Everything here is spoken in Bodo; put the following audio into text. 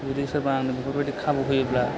जुदि सोरबा आंनो बेफोरबायदि खाबु होयोब्ला